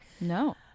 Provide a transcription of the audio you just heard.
No